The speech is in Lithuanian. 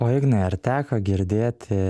o ignai ar teko girdėti